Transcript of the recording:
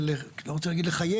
אני לא רוצה להגיד לחייב,